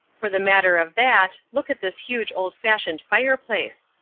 for the matter of that, look at this huge old-fashioned fireplace.